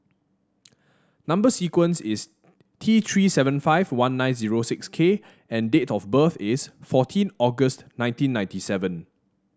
number sequence is T Three seven five one nine zero six K and date of birth is fourteen August nineteen ninety seven